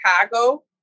Chicago